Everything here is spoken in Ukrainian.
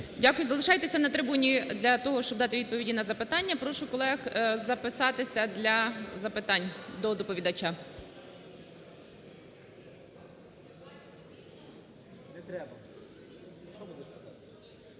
Дякую. Залишайтеся на трибуні для того, щоб дати відповіді на запитання. Прошу колег записатися для запитань до доповідача.